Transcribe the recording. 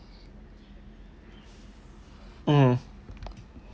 mm